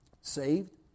Saved